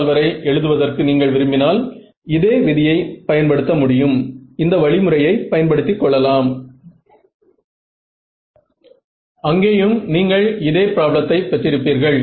delta excitation மற்றும் magnetic ஃப்ரில் பயன்படுத்தி நீங்கள் இதை பெறுவீர்கள்